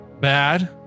bad